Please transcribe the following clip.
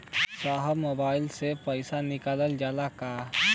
साहब मोबाइल से पैसा निकल जाला का?